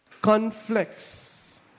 conflicts